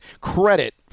credit